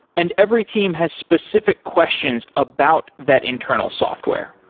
and every team has specific questions about that internal software.